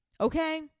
Okay